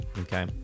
okay